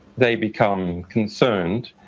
they become concerned,